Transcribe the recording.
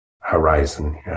horizon